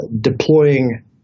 deploying